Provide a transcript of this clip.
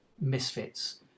misfits